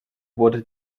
wurde